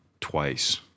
twice